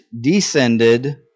descended